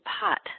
pot